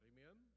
Amen